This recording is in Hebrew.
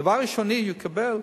דבר ראשוני הוא יקבל,